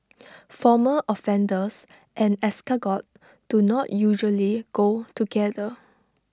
former offenders and escargot do not usually go together